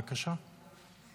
בבקשה.